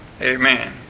Amen